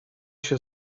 się